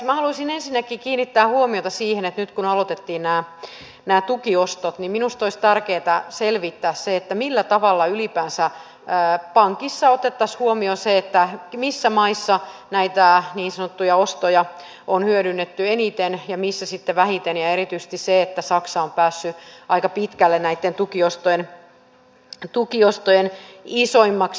minä haluaisin ensinnäkin kiinnittää huomiota siihen että nyt kun aloitettiin nämä tukiostot minusta olisi tärkeää selvittää se millä tavalla ylipäänsä pankissa otettaisiin huomioon se missä maissa näitä niin sanottuja ostoja on hyödynnetty eniten ja missä sitten vähiten ja erityisesti se että saksa on päässyt aika pitkälle näitten tukiostojen isoimmaksi hyötyjäksi